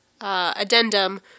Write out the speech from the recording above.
addendum